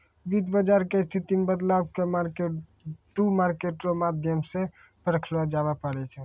वित्त बाजार के स्थिति मे बदलाव के मार्केट टू मार्केट रो माध्यम से परखलो जाबै पारै छै